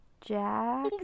Jack